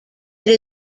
that